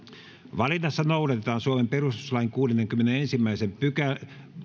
valinnassa noudatetaan suomen perustuslain kuudennenkymmenennenensimmäisen pykälän